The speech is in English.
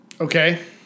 Okay